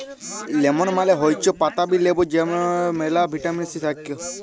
lemon মালে হৈচ্যে পাতাবি লেবু যাতে মেলা ভিটামিন সি থাক্যে